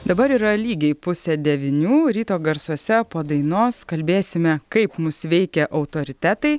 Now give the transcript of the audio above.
dabar yra lygiai pusę devynių ryto garsuose po dainos kalbėsime kaip mus veikia autoritetai